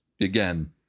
again